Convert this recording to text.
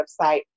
website